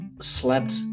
slept